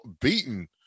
beaten